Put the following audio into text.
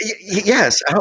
Yes